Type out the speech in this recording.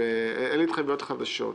אלה התחייבויות חדשות.